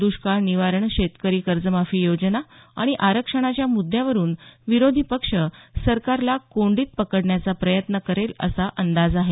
दुष्काळ निवारण शेतकरी कर्जमाफी योजना आणि आरक्षणाच्या मुद्द्यावरून विरोधी पक्ष सरकारला कोंडीत पकडण्याचा प्रयत्न करेल असा अंदाज आहे